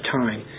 time